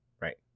Right